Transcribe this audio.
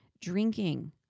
drinking